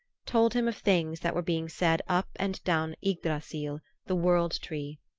told him of things that were being said up and down ygdrassil, the world tree.